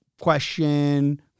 question